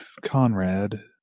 Conrad